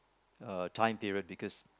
uh time period because